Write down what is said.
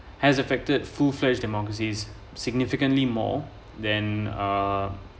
has affected full fledged democracies significantly more than uh